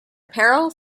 apparel